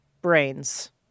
brains